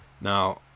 Now